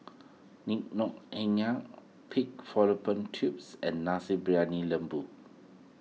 Ngoh Hiang Pig Fallopian Tubes and Nasi Briyani Lembu